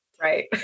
Right